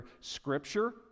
scripture